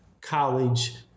college